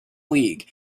league